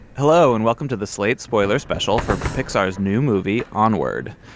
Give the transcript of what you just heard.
hello and welcome to the slate spoiler special for pixar's new movie onward.